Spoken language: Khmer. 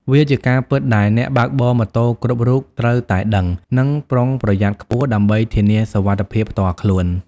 វាជាការពិតដែលអ្នកបើកបរម៉ូតូគ្រប់រូបត្រូវតែដឹង និងប្រុងប្រយ័ត្នខ្ពស់ ដើម្បីធានាសុវត្ថិភាពផ្ទាល់ខ្លួន។